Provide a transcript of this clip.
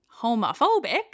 homophobic